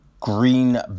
Green